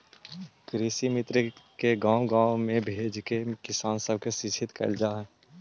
कृषिमित्र के गाँव गाँव भेजके किसान सब के शिक्षित कैल जा हई